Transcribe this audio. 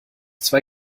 zwei